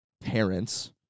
parents